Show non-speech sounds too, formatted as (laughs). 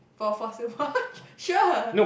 for for silver watch (laughs) sure